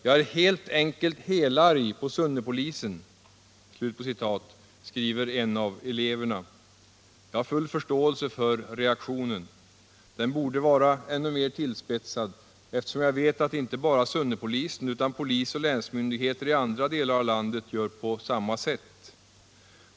”Jag är helt enkelt helarg på Sunnepolisen”, skriver en av eleverna. Jag har full förståelse för reaktionen. Den borde vara ännu mer tillspetsad, eftersom jag vet att inte bara Sunnepolisen utan polisoch länsmyndigheter i andra delar av landet gör på samma sätt.